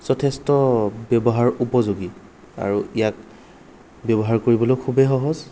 যথেষ্ট ব্যৱহাৰ উপযোগী আৰু ইয়াক ব্যৱহাৰ কৰিবলৈ খুবেই সহজ